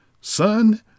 Son